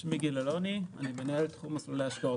שמי גיל אלוני, אני מנהל תחום מסלולי השקעות